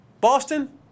Boston